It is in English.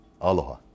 Aloha